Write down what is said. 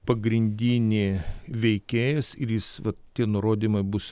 pagrindinį veikėjas ir jis vat tie nurodymai bus